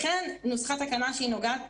לכן נוסחה תקנה שנוגעת